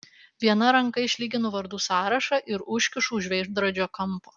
viena ranka išlyginu vardų sąrašą ir užkišu už veidrodžio kampo